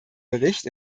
bericht